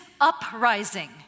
uprising